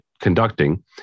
conducting